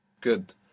Good